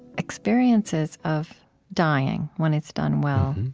experiences of dying when it's done well.